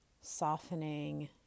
softening